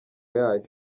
yayo